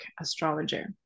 astrologer